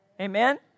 amen